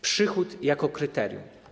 Przychód jako kryterium.